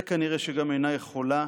וכנראה שגם אינה יכולה,